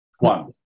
One